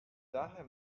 daher